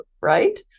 right